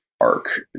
arc